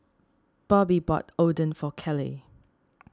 Bobbye bought Oden for Caleigh